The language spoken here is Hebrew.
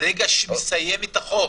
ברגע שהוא יסיים את החוב,